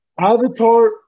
Avatar